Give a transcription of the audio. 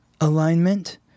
alignment